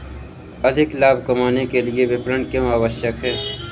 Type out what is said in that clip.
अधिक लाभ कमाने के लिए विपणन क्यो आवश्यक है?